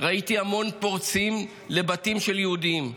ראיתי המון אנשים פורצים לבתים של יהודים,